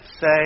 say